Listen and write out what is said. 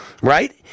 Right